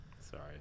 Sorry